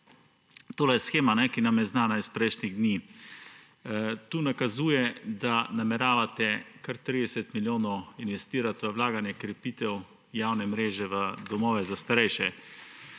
To je shema, ki nam je znana iz prejšnjih dni. Tu nakazuje, da nameravate kar 30 milijonov investirati v vlaganje, krepitev javne mreže, v domove za starejše.